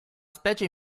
specie